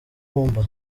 ibumba